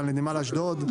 נמל אשדוד.